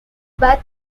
but